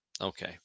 Okay